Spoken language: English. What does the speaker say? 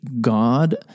God